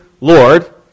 Lord